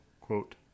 quote